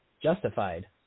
justified